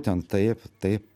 ten taip taip